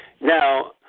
now